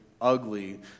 ugly